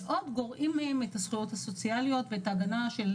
ועוד גורעים מהם את הזכויות הסוציאליות ואת ההגנה של